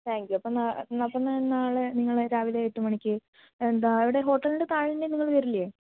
thank you അപ്പോൾ നാളെ നിങ്ങളെ രാവിലെ എട്ടുമണിക്ക് എന്താ അവിടെ ഹോട്ടലിൻറെ താഴെതന്നെ നിങ്ങൾ വരില്ലെ